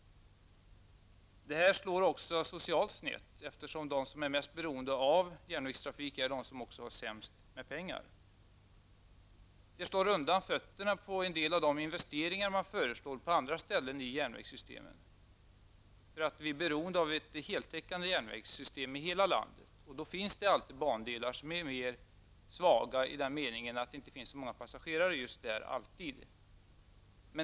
Det är också socialt snett, eftersom de som är mest beroende av järnvägstrafiken också har sämst med pengar. Det slår undan fötterna på en del av de investeringar som föreslås på andra ställen i järnvägssystemet, för vi är beroende av ett heltäckande järnvägssystem i hela landet. Det finns alltid bandelar som är mer svaga i den meningen att det inte alltid finns tillräckligt många passagerare.